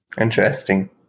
Interesting